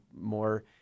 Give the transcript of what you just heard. more